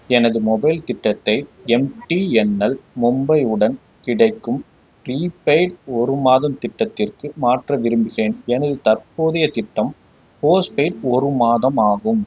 எனது மொபைல் திட்டத்தை எம்டிஎன்எல் மும்பை உடன் கிடைக்கும் ப்ரீபெய்ட் ஒரு மாதம் திட்டத்திற்கு மாற்ற விரும்புகிறேன் எனது தற்போதைய திட்டம் போஸ்ட்பெய்டு ஒரு மாதம் ஆகும்